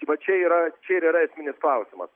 va čia yra čia ir yra esminis klausimas